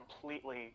completely